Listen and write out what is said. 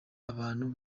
abantu